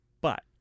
But-